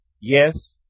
yes